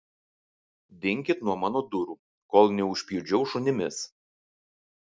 dinkit nuo mano durų kol neužpjudžiau šunimis